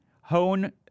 hone